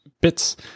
bits